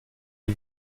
une